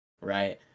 right